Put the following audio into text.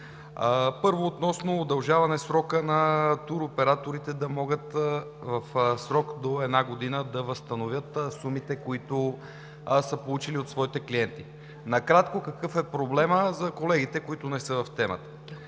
Първо, относно удължаването на срока, за да могат туроператорите в срок до една година да възстановят сумите, които са получили от своите клиенти. Накратко какъв е проблемът – за колегите, които не са в темата?